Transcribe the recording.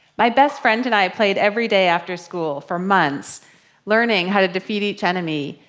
my best friend and i played every day after school for months learning how to defeat each enemy,